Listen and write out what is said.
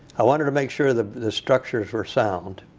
i wanted to make sure the the structures were sound.